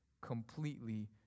completely